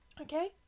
Okay